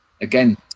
Again